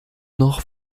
noch